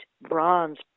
bronze